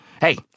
Hey